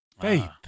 faith